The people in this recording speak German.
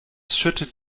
schüttet